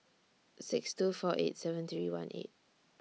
six two four eight seven three one eight